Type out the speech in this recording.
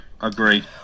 agree